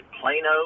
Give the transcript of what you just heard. Plano